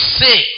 say